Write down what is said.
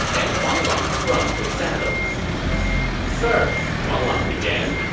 and wang lang from his saddle sir, wang lang began,